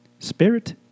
Spirit